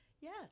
Yes